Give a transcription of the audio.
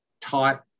taught